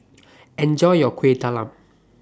Enjoy your Kueh Talam